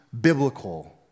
biblical